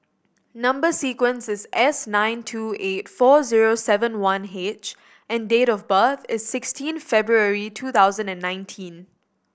number sequence is S nine two eight four zero seven one H and date of birth is sixteen February two thousand and nineteen